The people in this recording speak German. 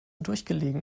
durchgelegen